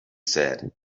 said